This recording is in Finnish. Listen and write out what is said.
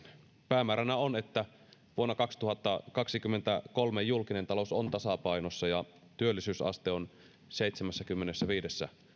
päämääränä on että vuonna kaksituhattakaksikymmentäkolme julkinen talous on tasapainossa ja työllisyysaste on seitsemässäkymmenessäviidessä